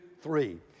three